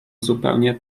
zupełnie